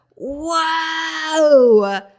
Whoa